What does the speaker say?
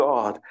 God